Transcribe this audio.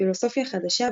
פילוסופיה חדשה,